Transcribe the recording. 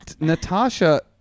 Natasha